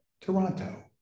Toronto